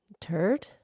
Turd